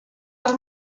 arts